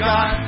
God